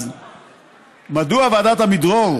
אז מדוע ועדת עמידרור